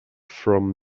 from